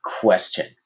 question